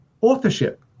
authorship